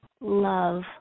love